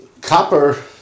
Copper